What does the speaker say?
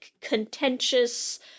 contentious